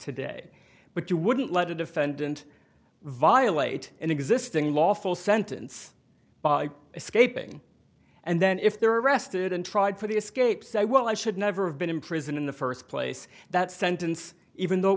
today but you wouldn't let a defendant violate an existing lawful sentence by escaping and then if they're arrested and tried for the escape say well i should never have been in prison in the first place that sentence even though it